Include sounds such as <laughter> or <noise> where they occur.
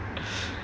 <noise>